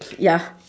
ya